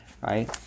right